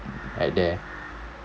at there